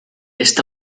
esta